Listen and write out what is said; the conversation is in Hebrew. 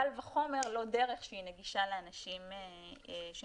קל וחומר, לא דרך שהיא נגישה לאנשים שמתניידים